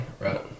right